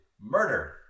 murder